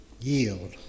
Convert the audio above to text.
yield